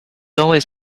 always